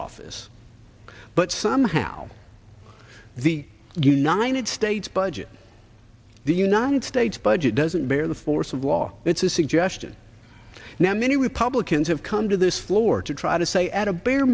office but somehow the united states budget the united states budget doesn't bear the force of law it's a suggestion now many republicans have come to this floor to try to say at a bare